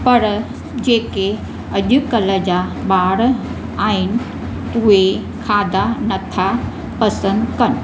पर जेके अॼु कल्ह जा ॿार आहिनि उहे खाधा नथा पसंदि कनि